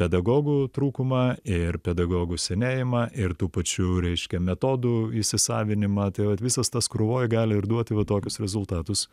pedagogų trūkumą ir pedagogų senėjimą ir tų pačių reiškia metodų įsisavinimą tai vat visas tas krūvoj gali ir duoti va tokius rezultatus